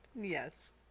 Yes